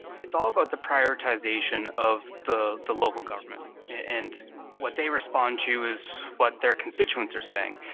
it's all about the prioritization of the the local government, and what they respond to is what their constituents are saying.